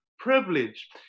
privilege